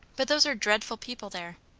but those are dreadful people there.